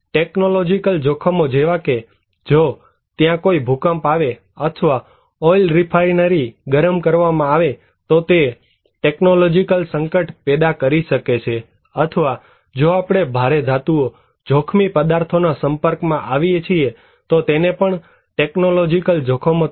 technological જોખમો જેવા કે જો ત્યાં કોઈ ભૂકંપ આવે અથવા ઓઇલ રિફાઇનરી ગરમ કરવામાં આવે તો તે ટેકનોલોજીકલ સંકટ પેદા કરી શકે છે અથવા જો આપણે ભારે ધાતુઓ જોખમી પદાર્થોના સંપર્કમાં આવીએ તો તેને પણ ટેકનોલોજીકલ જોખમોTechnological hazards